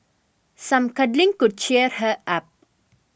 some cuddling could cheer her up